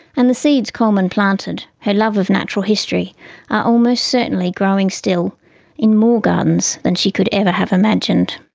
and the seeds coleman planted, her love of natural history are almost certainly growing still in more gardens than she could ever have imagined.